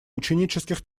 ученических